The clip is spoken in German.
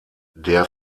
der